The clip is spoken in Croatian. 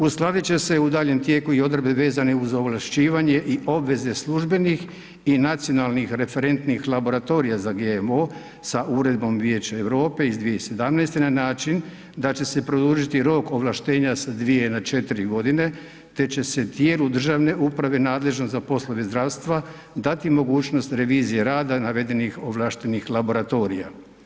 Uskladit će se u daljnjem tijeku i odredbe vezane uz ovlašćivanje i obveze službenih i nacionalnih referentnih laboratorija za GMO sa Uredbom Vijeća Europe iz 2017. na način da će se produžiti rok ovlaštenja sa 2 na 4 godine te će se tijelu državne uprave nadležnom za poslove zdravstva dati mogućnost revizije rada navedenih ovlaštenih laboratorija.